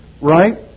Right